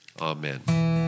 Amen